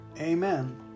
Amen